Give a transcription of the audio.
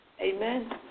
Amen